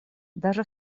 даже